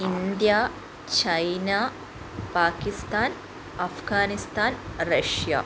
India China Pakistan Afghanistan Russia